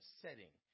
setting